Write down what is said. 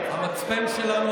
המצפן שלנו,